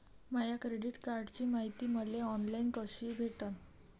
माया credit कार्डची मायती मले ऑनलाईन कसी भेटन?